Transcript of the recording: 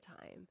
time